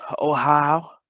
Ohio